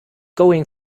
going